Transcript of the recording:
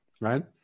right